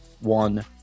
one